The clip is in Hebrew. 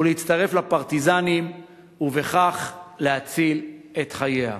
ולהצטרף לפרטיזנים ובכך להציל את חייה.